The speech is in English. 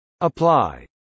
Apply